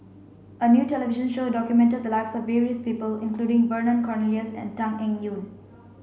a new television show documented the lives of various people including Vernon Cornelius and Tan Eng Yoon